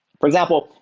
for example,